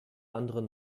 anderen